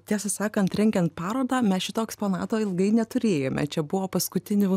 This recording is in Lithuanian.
tiesą sakant rengiant parodą mes šito eksponato ilgai neturėjome čia buvo paskutinių